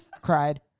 Cried